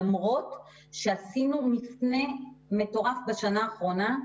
למרות שעשינו מפנה מטורף בשנה האחרונה.